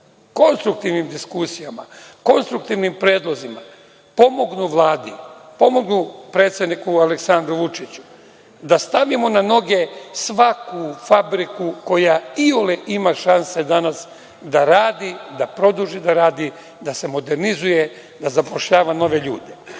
konstruktivnim diskusijama, konstruktivnim predlozima pomognu Vladi, pomognu predsedniku Aleksandru Vučiću da stavimo na noge svaku fabriku koja iole ima šanse danas da radi, da produži da radi, da se modernizuje, da zapošljava nove ljude. Šta